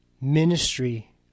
ministry